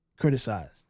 criticized